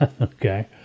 Okay